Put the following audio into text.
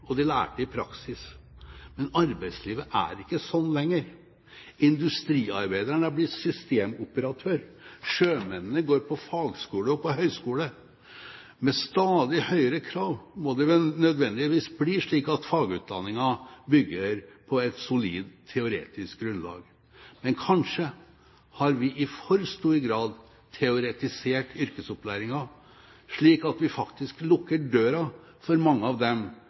og de lærte i praksis. Men arbeidslivet er ikke sånn lenger. Industriarbeideren er blitt systemoperatør, sjømennene går på fagskole og på høyskole. Med stadig høyere krav må det vel nødvendigvis bli slik at fagutdanningen bygger på et solid teoretisk grunnlag. Men kanskje har vi i for stor grad teoretisert yrkesopplæringen, slik at vi faktisk lukker døren for mange av dem